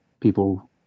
people